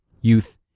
youth